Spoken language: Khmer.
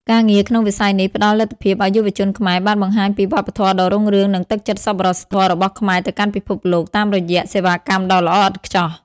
ការងារក្នុងវិស័យនេះផ្តល់លទ្ធភាពឱ្យយុវជនខ្មែរបានបង្ហាញពីវប្បធម៌ដ៏រុងរឿង និងទឹកចិត្តសប្បុរសរបស់ខ្មែរទៅកាន់ពិភពលោកតាមរយៈសេវាកម្មដ៏ល្អឥតខ្ចោះ។